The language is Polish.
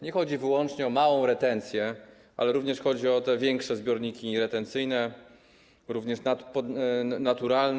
Nie chodzi wyłącznie o małą retencję, ale również o te większe zbiorniki retencyjne, również naturalne.